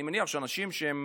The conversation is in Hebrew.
אני מניח שאנשים שהם